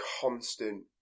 constant